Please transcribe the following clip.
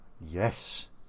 Yes